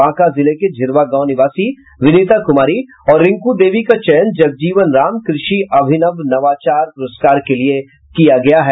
बांका जिले के झिरवा गांव निवासी विनिता कुमारी और रिंकू देवी का चयन जगजीवन राम कृषि अभिनव नवाचार पुरस्कार के लिए किया गया है